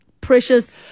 Precious